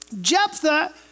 Jephthah